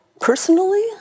personally